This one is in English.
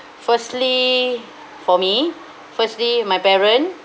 firstly for me firstly my parent